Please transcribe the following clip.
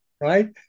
right